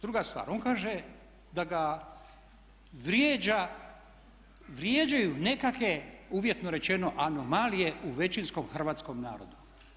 Druga stvar, on kaže da ga vrijeđaju nekakve uvjetno rečeno anomalije u većinskom hrvatskom narodu.